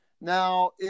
Now